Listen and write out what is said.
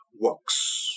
works